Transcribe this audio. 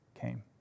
came